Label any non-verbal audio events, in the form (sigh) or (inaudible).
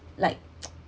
like (noise)